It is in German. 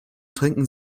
trinken